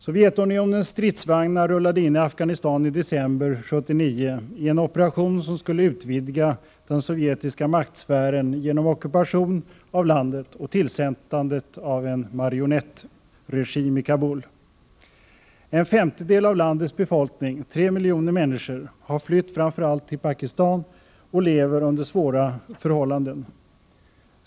Sovjetunionens stridsvagnar rullade in i Afghanistan i december 1979 i en operation som skulle utvidga den sovjetiska maktsfären genom ockupation av landet och genom tillsättandet av en marionettregim i Kabul. En femtedel av landets befolkning — tre miljoner människor — har flytt framför allt till Pakistan och lever under svåra förhållanden.